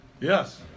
Yes